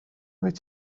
wyt